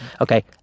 Okay